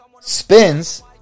spins